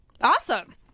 Awesome